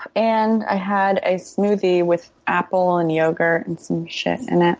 and i had a smoothie with apple and yogurt and some shit in it.